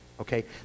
okay